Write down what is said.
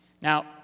Now